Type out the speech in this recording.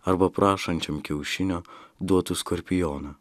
arba prašančiam kiaušinio duotų skorpioną